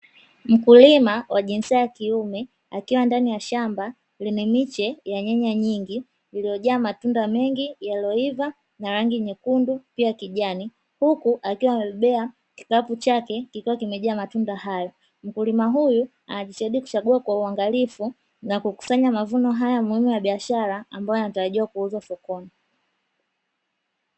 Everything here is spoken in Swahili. Mkulima wa jinsia ya kiume akiwa ndani ya shamba lenye miche ya nyanya nyingi, liliyojaa matunda mengi yaliyoiva na rangi nyekundu pia kijani, huku akiwa amebebelea kikapu chake kikiwa kimejaa matunda hayo. Mkulima huyu anajitahidi kuchagua kwa uangalifu na kukusanya mavuno haya muhimu ya biashara, ambayo yanatarajiwa kuuzwa sokoni.